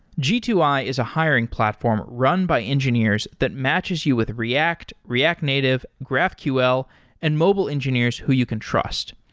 g two i is a hiring platform run by engineers that matches you with react, react native, graphql and mobile engineers who you can trust.